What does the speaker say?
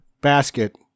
basket